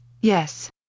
yes